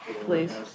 please